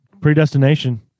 predestination